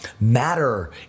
matter